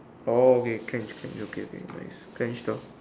oh okay clenched clenched okay okay okay clenched ah